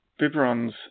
Bibrons